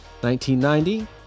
1990